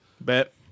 Bet